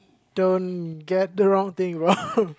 don't get the wrong thing wrong